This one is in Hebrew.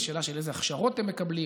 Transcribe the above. זו שאלה של איזה הכשרות הם מקבלים,